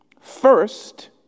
first